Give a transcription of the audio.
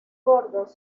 gordos